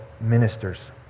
ministers